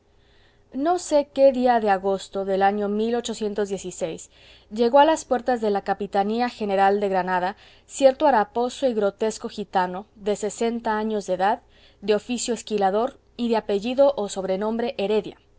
no sé qué día de agosto del año llegó a las puertas de la capitanía general de granada cierto haraposo y grotesco gitano de sesenta años de edad de oficio esquilador y de apellido o sobrenombre heredia